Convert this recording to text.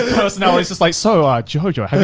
personality is just like, so um jojo, have you